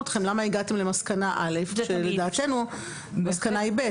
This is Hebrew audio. אתכם למה הגעתם למסקנה א' שלדעתנו המסקנה היא ב'.